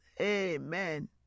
Amen